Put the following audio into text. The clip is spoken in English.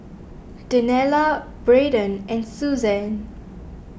Daniela Braedon and Suzan